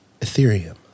Ethereum